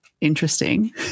interesting